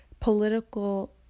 political